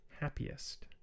happiest